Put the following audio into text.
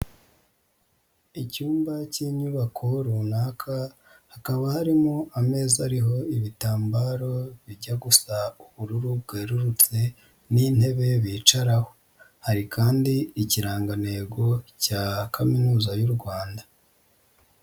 Icyumba cy'inyubako runaka hakaba harimo ameza ariho ibitambaro bijya gusa ubururu bwerurutse n'intebe bicaraho, hari kandi Ikirangantego cya Kaminuza y'u Rwanda.